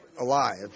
alive